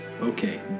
Okay